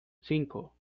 cinco